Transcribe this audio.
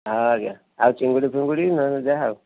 ହଁ ଆଜ୍ଞା ଆଉ ଚିଙ୍ଗୁଡ଼ି ଫିଙ୍ଗୁଡ଼ି ନହେଲେ ଯାହା ଆଉ